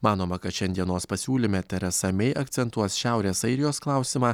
manoma kad šiandienos pasiūlyme teresa mei akcentuos šiaurės airijos klausimą